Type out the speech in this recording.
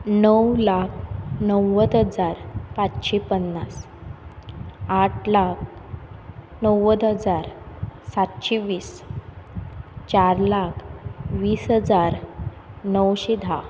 णव लाख णव्वद हजार पांचशें पन्नास आठ लाख णव्वद हजार सातशें वीस चार लाख वीस हजार णवशें धा